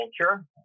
culture